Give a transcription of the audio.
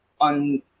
on